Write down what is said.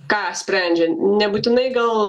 ką sprendžia nebūtinai gal